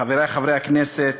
חברי חברי הכנסת,